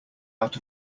out